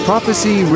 Prophecy